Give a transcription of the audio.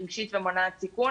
רגשית ומונעת סיכון,